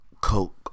Coke